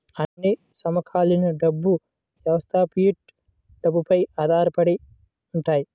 అన్ని సమకాలీన డబ్బు వ్యవస్థలుఫియట్ డబ్బుపై ఆధారపడి ఉంటాయి